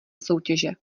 soutěže